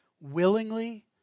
willingly